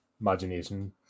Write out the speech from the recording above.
imagination